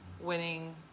winning